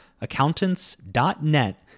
accountants.net